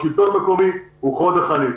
השלטון המקומי הוא חוד החנית.